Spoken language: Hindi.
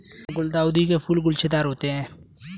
गुलदाउदी के फूल गुच्छेदार होते हैं